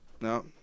No